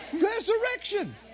Resurrection